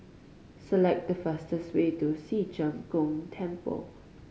select the fastest way to Ci Zheng Gong Temple